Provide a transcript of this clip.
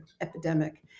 epidemic